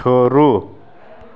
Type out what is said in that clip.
छोड़ू